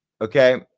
Okay